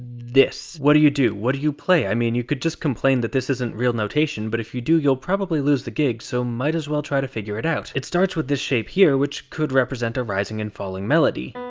this. what do you do? what do you play? i mean, you could just complain that this isn't real notation, but if you do you'll probably lose the gig, so might as well try to figure it out. it starts with this shape here, which could represent a rising and falling melody.